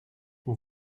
mon